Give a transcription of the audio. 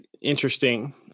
interesting